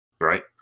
right